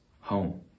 home